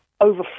over